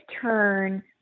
turn